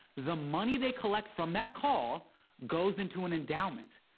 the money they collect from that call goes into an endowment.